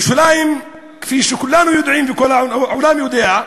ירושלים, כפי שכולנו יודעים וכל העולם יודע,